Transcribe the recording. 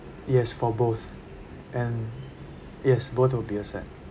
yes for both and yes both will be a set